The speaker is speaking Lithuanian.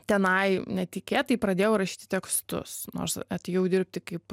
tenai netikėtai pradėjau rašyti tekstus nors atėjau dirbti kaip